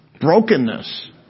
Brokenness